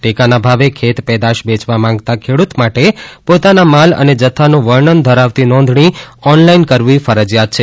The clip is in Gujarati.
ટેકા ના ભાવે ખેત પેદાશ વેયવા માંગતા ખેડૂત માટે પોતાના માલ અને જથ્થા નુ વર્ણન ધરાવતી નોંધણી ઓનલાઇન કરવી ફરજિયાત છે